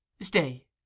Stay